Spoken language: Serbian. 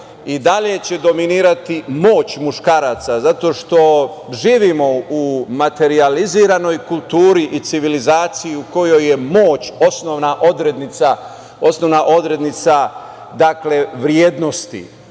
i dalje će dominirati moć muškaraca zato što živimo u materijalizovanoj kulturi i civilizaciji u kojoj je moć osnovna odrednica vrednosti.